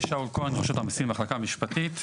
שאול כהן, רשות המיסים, המחלקה המשפטית.